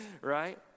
right